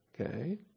okay